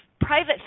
private